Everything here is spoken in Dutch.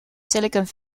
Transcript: silicon